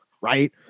right